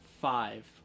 five